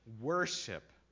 worship